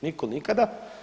Niko nikada.